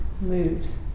moves